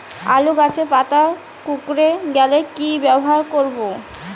আলুর গাছের পাতা কুকরে গেলে কি ব্যবহার করব?